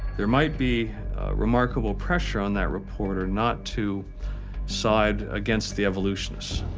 there might be remarkable pressure on that reporter not to side against the evolutionists.